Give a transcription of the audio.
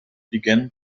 began